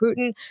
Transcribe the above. Putin